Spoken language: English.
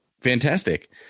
fantastic